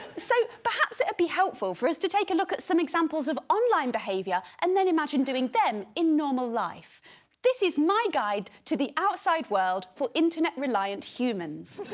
so perhaps it'd be helpful for us to take a look at some examples of online behavior and then imagine doing them in normal life this is my guide to the outside world for internet reliant humans